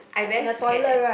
I very scared eh